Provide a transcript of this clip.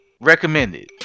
recommended